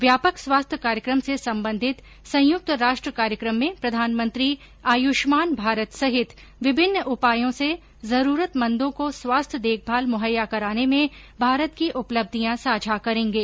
व्यापक स्वास्थ्य कार्यक्रम से संबंधित संयुक्त राष्ट्र कार्यक्रम में प्रधानमंत्री आयुष्मान भारत सहित विभिन्न उपायों से जरुरतमंदों को स्वास्थ्य देखभाल मुहैया कराने में भारत की उपलब्धियां साझा करेंगे